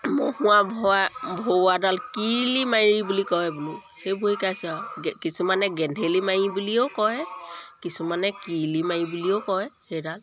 মহুৰা ভৰাই ভৰোৱাডাল কিৰিলি মাৰি বুলি কয় বোলো সেইবোৰ শিকাইছোঁ আৰু কিছুমানে গেন্ধেলি মাৰি বুলিও কয় কিছুমানে কিৰিলি মাৰি বুলিও কয় সেইডাল